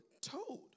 told